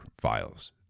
files